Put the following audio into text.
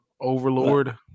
Overlord